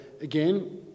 again